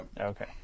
Okay